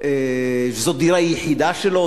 שזו דירה יחידה שלו,